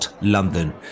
London